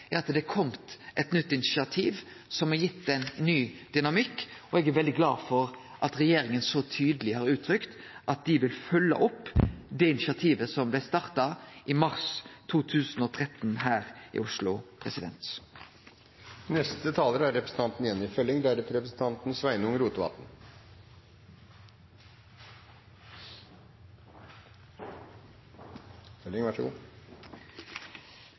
er at det har kome eit nytt initiativ som har gitt ein ny dynamikk. Eg er veldig glad for at regjeringa så tydeleg har uttrykt at dei vil følgje opp det initiativet som blei starta i mars 2013 her i Oslo.